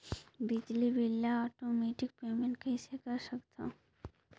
बिजली बिल ल automatic payment कइसे कर सकथव?